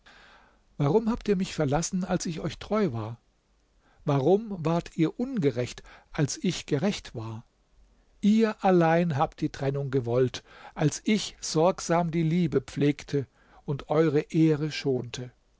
warum habt ihr mich verlassen als ich euch treu war warum wart ihr ungerecht als ich gerecht war ihr allein habt die trennung gewollt als ich sorgsam die liebe pflegte und eure ehre schonte